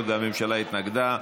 היות שהממשלה התנגדה,